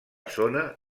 zona